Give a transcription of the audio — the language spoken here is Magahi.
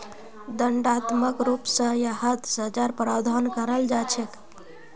दण्डात्मक रूप स यहात सज़ार प्रावधान कराल जा छेक